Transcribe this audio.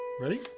Ready